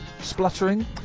Spluttering